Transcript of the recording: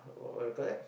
what do you call that